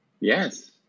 Yes